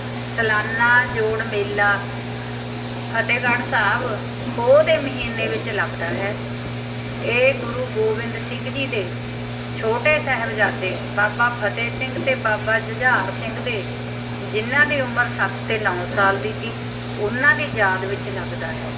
ਸਲਾਨਾ ਜੋੜ ਮੇਲਾ ਫਤਿਹਗੜ੍ਹ ਸਾਹਿਬ ਪੋਹ ਦੇ ਮਹੀਨੇ ਵਿੱਚ ਲੱਗਦਾ ਹੈ ਇਹ ਗੁਰੂ ਗੋਬਿੰਦ ਸਿੰਘ ਜੀ ਦੇ ਛੋਟੇ ਸਾਹਿਬਜ਼ਾਦੇ ਬਾਬਾ ਫਤਿਹ ਸਿੰਘ ਅਤੇ ਬਾਬਾ ਜੁਝਾਰ ਸਿੰਘ ਦੇ ਜਿਨ੍ਹਾਂ ਦੀ ਉਮਰ ਸੱਤ ਅਤੇ ਨੌ ਸਾਲ ਦੀ ਸੀ ਉਹਨਾਂ ਦੀ ਯਾਦ ਵਿੱਚ ਲੱਗਦਾ ਹੈ